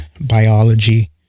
biology